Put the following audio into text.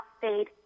fade